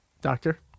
doctor